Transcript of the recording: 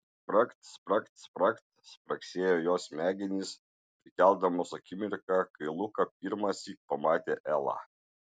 spragt spragt spragt spragsėjo jos smegenys prikeldamos akimirką kai luka pirmąsyk pamatė elą